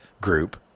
group